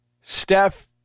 Steph